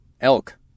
elk